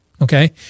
Okay